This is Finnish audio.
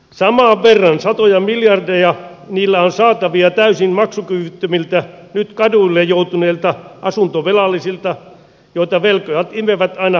saman verran satoja miljardeja niillä on saatavia täysin maksukyvyttömiltä nyt kaduille joutuneilta asuntovelallisilta joita velkojat imevät aina hautaan saakka